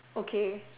okay